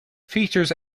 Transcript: features